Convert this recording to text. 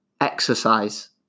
exercise